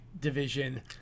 division